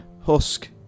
Husk